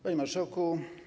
Panie Marszałku!